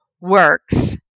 works